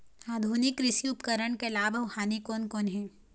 आधुनिक कृषि उपकरण के लाभ अऊ हानि कोन कोन हे?